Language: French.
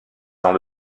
dans